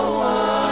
one